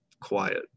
quiet